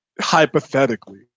Hypothetically